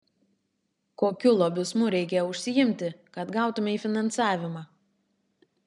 kokiu lobizmu reikia užsiimti kad gautumei finansavimą